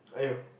aiyo